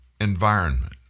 environment